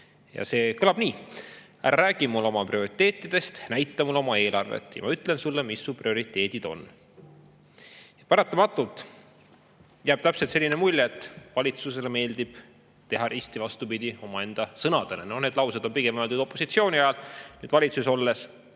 Ja see kõlab nii: "Ära räägi mulle oma prioriteetidest. Näita mulle oma eelarvet ja ma ütlen sulle, mis su prioriteedid on."Paratamatult jääb täpselt selline mulje, et valitsusele meeldib teha risti vastupidi omaenda sõnadele. No need laused on pigem öeldud opositsioonis olles. Nüüd, valitsuses olles